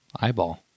eyeball